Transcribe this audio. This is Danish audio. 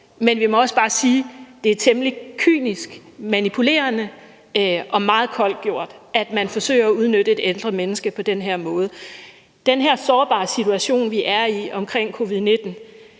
men vi må også bare sige, at det er temmelig kynisk, manipulerende og meget koldt gjort, at man forsøger at udnytte et ældre menneske på den måde. Den her sårbare situation, vi er i, med covid-19